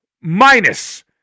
minus